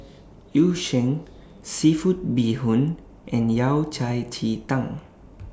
Yu Sheng Seafood Bee Hoon and Yao Cai Ji Tang